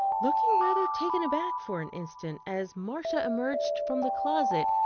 looking rather taken aback for an instant, as marcia emerged from the closet,